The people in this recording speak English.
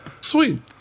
Sweet